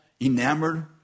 enamored